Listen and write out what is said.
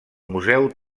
museu